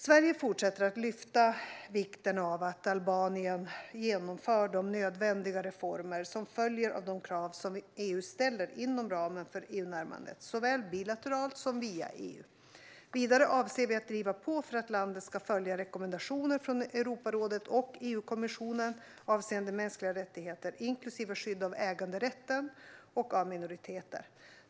Sverige fortsätter att lyfta fram vikten av att Albanien genomför de nödvändiga reformer som följer av de krav som EU ställer inom ramen för EU-närmandet, såväl bilateralt som via EU. Vidare avser vi att driva på för att landet ska följa rekommendationer från Europarådet och EU-kommissionen avseende mänskliga rättigheter, inklusive skydd av äganderätten och av minoriteter.